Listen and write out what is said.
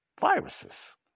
viruses